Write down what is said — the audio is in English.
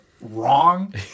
wrong